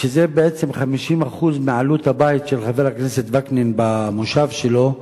שזה בעצם 50% מעלות הבית של חבר הכנסת וקנין במושב שלו,